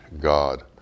God